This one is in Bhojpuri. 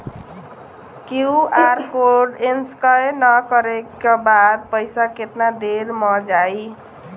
क्यू.आर कोड स्कैं न करे क बाद पइसा केतना देर म जाई?